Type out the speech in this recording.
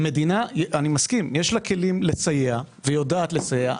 אני מסכים שלמדינה יש כלים לסייע והיא יודעת לסייע.